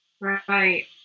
Right